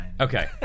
Okay